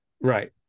right